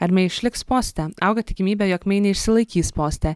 ar mey išliks poste auga tikimybė jog mey neišsilaikys poste